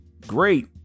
Great